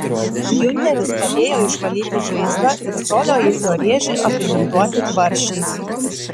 giunteris padėjo išvalyti žaizdą ir colio ilgio rėžį apibintuoti tvarsčiais